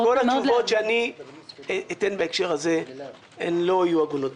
לכן כל התשובות שאני אתן בהקשר הזה הן לא יהיו הגונות,